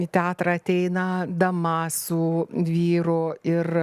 į teatrą ateina dama su vyru ir